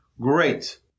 Great